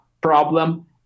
problem